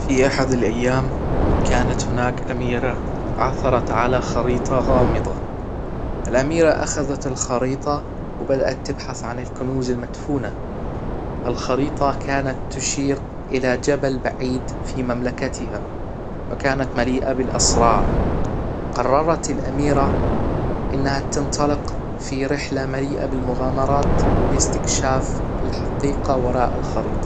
في احد الايام كانت هناك اميرة عثرت على خريطة غامضة الاميرة اخذت الخريطة وبدأت تبحث عن الكنوز المدفونة الخريطة كانت تشير الى جبل بعيد في مملكتها وكانت مليئة بالاسرار قررت الاميرة انها تنطلق في رحلة مليئة بالمغامرات لاستكشاف الحقيقة وراء الخريطة